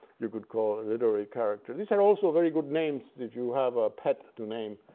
you could call a literary character. these are also very good names if you have a pet to name.